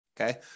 Okay